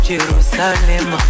Jerusalem